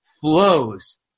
flows